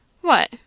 What